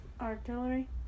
artillery